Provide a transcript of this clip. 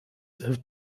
have